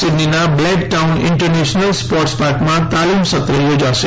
સીડનીનાં Blacktown International Sports પાર્કમાં તાલીમ સત્ર યોજાશે